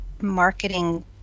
marketing